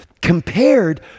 Compared